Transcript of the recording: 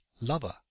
lover